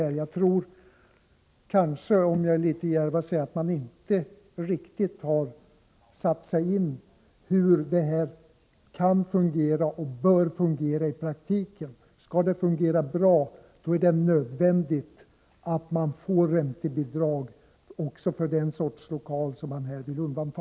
Man har noginte riktigt — jag är kanske litet djärv när jag säger det — satt sig in i hur det kan och bör fungera i praktiken. Skall det fungera bra är det nödvändigt att det utgår räntebidrag också för det slags lokaler som man här vill undanta.